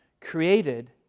created